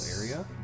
area